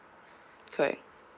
correct